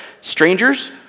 Strangers